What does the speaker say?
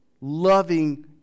loving